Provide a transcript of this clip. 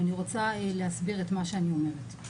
ואני רוצה להסביר את מה שאני אומרת.